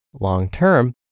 long-term